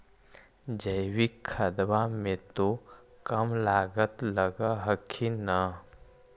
जैकिक खदबा मे तो कम लागत लग हखिन न?